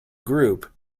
group